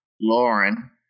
Lauren